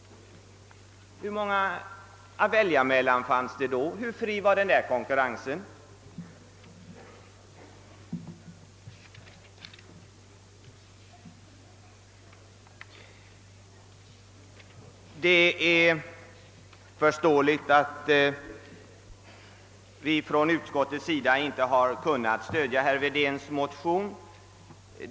Hur många fanns det då att välja mellan? Hur fri var den konkurrensen? Det är förståeligt att utskottet inte har kunnat stödja herr Wedéns motion.